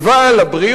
לבריאות,